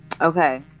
Okay